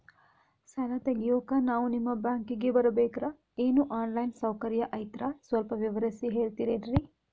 ಸಾಲ ತೆಗಿಯೋಕಾ ನಾವು ನಿಮ್ಮ ಬ್ಯಾಂಕಿಗೆ ಬರಬೇಕ್ರ ಏನು ಆನ್ ಲೈನ್ ಸೌಕರ್ಯ ಐತ್ರ ಸ್ವಲ್ಪ ವಿವರಿಸಿ ಹೇಳ್ತಿರೆನ್ರಿ?